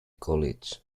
college